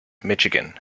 michigan